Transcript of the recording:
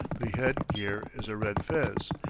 the head-gear is a red fez,